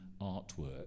artwork